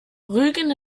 rügen